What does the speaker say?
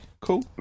cool